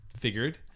figured